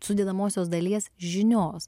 sudedamosios dalies žinios